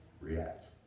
react